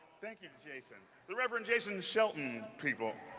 thank you, jason. the reverend jason shelton, people.